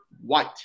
White